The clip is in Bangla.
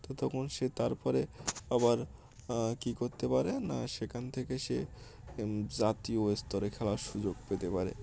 তো তখন সে তার পরে আবার কী করতে পারে না সেখান থেকে সে জাতীয় স্তরে খেলার সুযোগ পেতে পারে